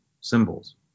symbols